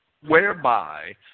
whereby